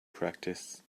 practice